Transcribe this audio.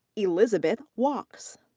elizabeth wachs.